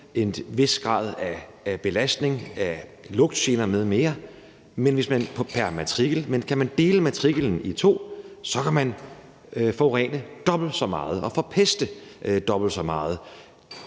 en vis grad af belastning med lugtgener m.m. pr. matrikel, men kan man dele matriklen i to, kan man forurene dobbelt så meget og forpeste dobbelt så meget.